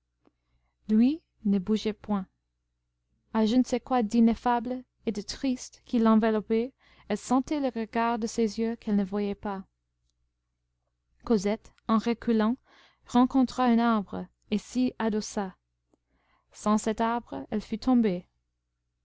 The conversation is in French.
lui ne bougeait point à je ne sais quoi d'ineffable et de triste qui l'enveloppait elle sentait le regard de ses yeux qu'elle ne voyait pas cosette en reculant rencontra un arbre et s'y adossa sans cet arbre elle fût tombée